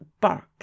bark